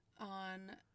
on